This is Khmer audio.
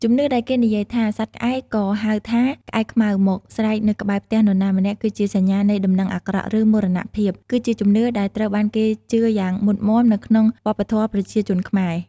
ជំនឿដែលគេនិយាយថា សត្វក្អែកក៏ហៅថា ក្អែកខ្មៅមកស្រែកនៅក្បែរផ្ទះនរណាម្នាក់ គឺជាសញ្ញានៃដំណឹងអាក្រក់ ឬមរណភាព គឺជាជំនឿដែលត្រូវបានគេជឿយ៉ាងមុតមាំនៅក្នុងវប្បធម៌ប្រជាជនខ្មែរ។